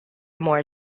more